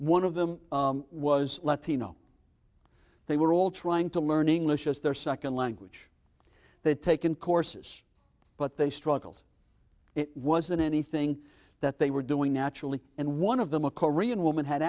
one of them was latino they were all trying to learn english as their second language they had taken courses but they struggled it wasn't anything that they were doing naturally and one of them a korean woman had